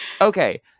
Okay